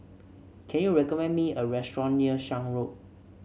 can you recommend me a restaurant near Shan Road